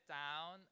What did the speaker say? down